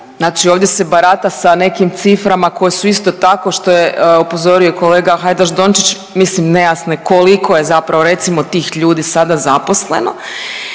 ovdje se barata sa nekim ciframa koje su isto tako što je upozorio i kolega Hajdaš Dončić mislim nejasne koliko je zapravo recimo tih ljudi sada zaposleno